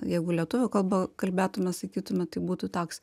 jeigu lietuvių kalba kalbėtume sakytume tai būtų toks